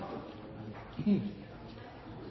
takk